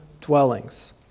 dwellings